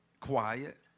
Quiet